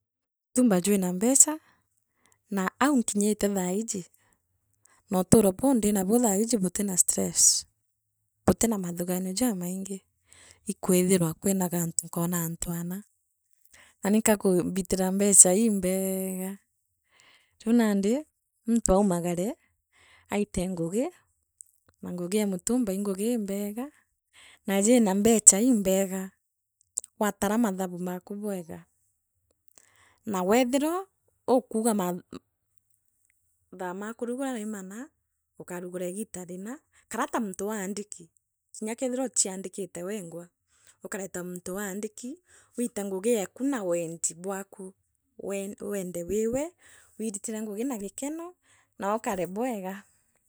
Mutumba jwina mbecha na au nkinyite thaiji na uturo buu ndinabu thaiji butina stress butina mathuganio jamaingi ikwithirwa kwina gantu nkwona antu ana na nikakumbitira mbeca imbeega riu nandi muntu aumagare aite ngugi na ngugi ee mutumba ii ngugi imbega na yina mbecha imbega waatara mathabu maka bwega na weethira akuuga ma ma mathaa ma kurugura ii mara ukarugura igiita rina kara ta muntu aandiki wiite ngugi eku na wendi bwaku we wende wigwe wiritire ngugi na gikeno nookare bwega.